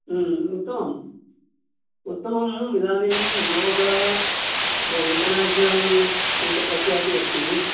उत्तमं उत्तमम् इदानीं योग बहु इण्ट्रनेश्नल् यत् प्रख्यातिः अस्ति